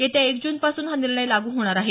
येत्या एक जूनपासून हा निर्णय लागू होणार आहे